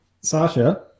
sasha